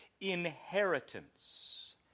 inheritance